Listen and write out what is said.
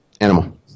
animal